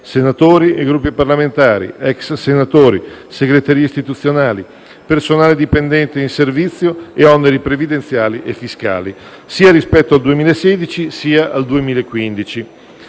(senatori e Gruppi parlamentari, ex senatori, segreterie istituzionali, personale dipendente in servizio e oneri previdenziali e fiscali) rispetto sia al 2016 sia al 2015.